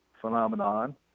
phenomenon